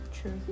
True